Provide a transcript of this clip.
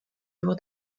jour